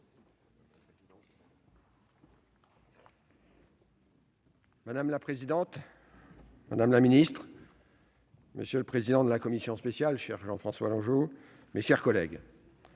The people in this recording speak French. Madame la présidente, madame la ministre, monsieur le président de la commission spéciale, cher Jean-François Longeot, mes chers collègues,